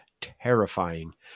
terrifying